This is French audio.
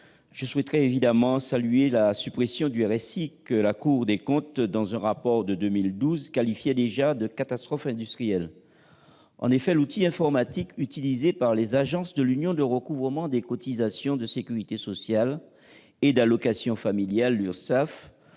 Je souhaite saluer la suppression du RSI, que, dans un rapport de 2012, la Cour des comptes qualifiait déjà de « catastrophe industrielle ». En effet, l'outil informatique utilisé par les agences de l'Union de recouvrement des cotisations de sécurité sociale et d'allocations familiales, l'URSSAF,